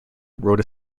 wrote